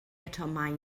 atomau